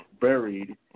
buried